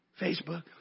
Facebook